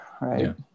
Right